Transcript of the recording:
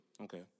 Okay